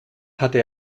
hatte